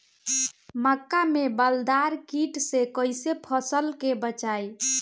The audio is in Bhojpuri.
मक्का में बालदार कीट से कईसे फसल के बचाई?